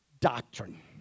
doctrine